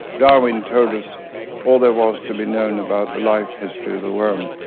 darwin told us all there was to be known about the life history of the worm,